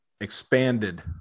expanded